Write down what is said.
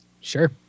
Sure